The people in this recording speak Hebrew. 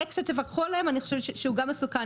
אקסטרה תפקחו עליהם זה גם מסוכן